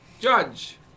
Judge